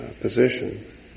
position